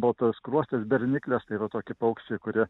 baltaskruostes bernikles tai yra tokie paukščiai kurie